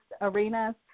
arenas